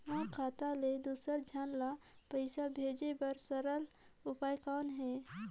मोर खाता ले दुसर झन ल पईसा भेजे बर सरल उपाय कौन हे?